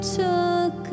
took